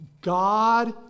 God